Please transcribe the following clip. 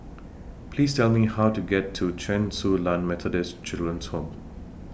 Please Tell Me How to get to Chen Su Lan Methodist Children's Home